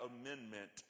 amendment